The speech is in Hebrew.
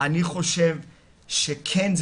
חושב שכן,